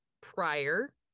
prior